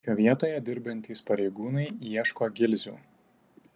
įvykio vietoje dirbantys pareigūnai ieško gilzių